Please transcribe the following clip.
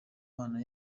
mana